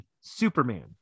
Superman